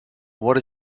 what